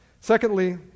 Secondly